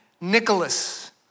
Nicholas